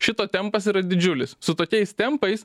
šito tempas yra didžiulis su tokiais tempais